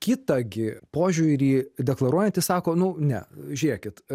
kitą gi požiūrį deklaruojantys sako nu ne žiūrėkit